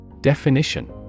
Definition